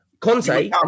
Conte